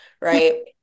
right